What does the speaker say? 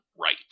right